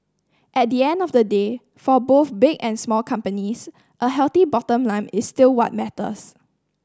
at the end of the day for both big and small companies a healthy bottom line is still what matters